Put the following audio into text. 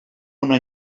una